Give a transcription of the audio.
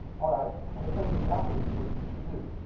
all right, i'm gonna tell you exactly what you should do.